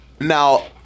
now